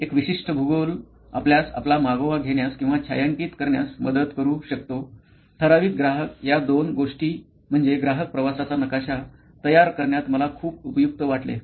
एक विशिष्ट भूगोल आपल्यास आपला मागोवा घेण्यास किंवा छायांकित करण्यात मदत करू शकतो ठराविक ग्राहक या दोन गोष्टी म्हणजे ग्राहक प्रवासाचा नकाशा तयार करण्यात मला खूप उपयुक्त वाटले